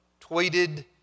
tweeted